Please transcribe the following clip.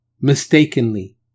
mistakenly